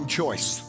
choice